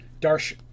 Darsh